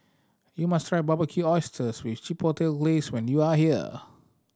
you must try Barbecued Oysters with Chipotle Glaze when you are here